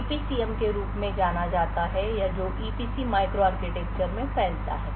EPCM के रूप में जाना जाता है या जो ईपीसी माइक्रो आर्किटेक्चर में फैलता है